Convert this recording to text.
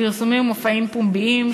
פרסומים ומופעים פומביים,